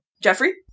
Jeffrey